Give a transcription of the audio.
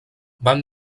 van